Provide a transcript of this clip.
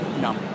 No